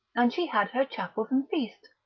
and she had her chapel and feasts,